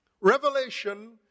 Revelation